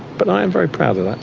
but i am very proud of that.